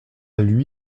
lui